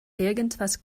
irgendwas